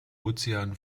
ozean